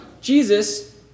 Jesus